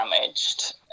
damaged